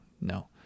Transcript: No